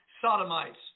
sodomites